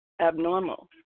abnormal